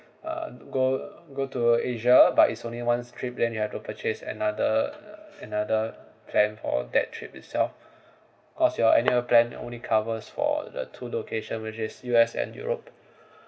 uh go go to asia but it's only once trip then you have to purchase another uh another plan for that trip itself because your annual plan only covers for the two location which is U_S and europe